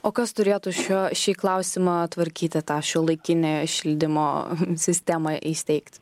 o kas turėtų šio šį klausimą tvarkyti tą šiuolaikinę šildymo sistemą įsteigt